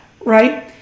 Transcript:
right